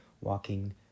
walking